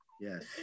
Yes